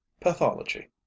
pathology